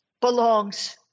belongs